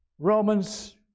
Romans